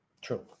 true